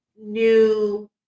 new